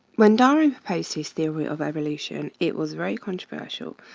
when darwin proposed his theory of evolution, it was very controversial.